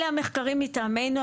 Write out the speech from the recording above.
אלה המחקרים מטעמנו,